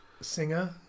singer